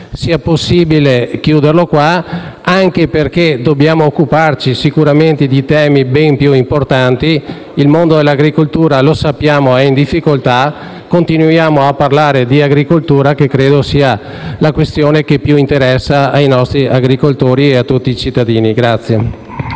sia possibile chiudere qui l'incidente, anche perché dobbiamo occuparci di temi sicuramente ben più importanti. Il mondo dell'agricoltura, lo sappiamo, è in difficoltà. Continuiamo a parlare di agricoltura, che credo sia la questione che più interessa i nostri agricoltori e tutti i cittadini.